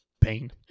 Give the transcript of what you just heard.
pain